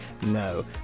No